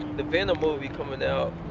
the phantom movie coming out.